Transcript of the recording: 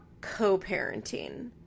co-parenting